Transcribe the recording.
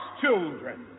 children